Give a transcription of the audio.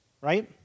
right